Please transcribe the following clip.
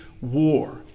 war